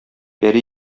пәри